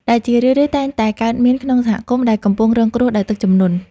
ដែលជារឿយៗតែងតែកើតមានក្នុងសហគមន៍ដែលកំពុងរងគ្រោះដោយទឹកជំនន់។